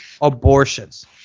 abortions